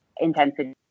intensity